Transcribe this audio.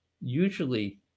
Usually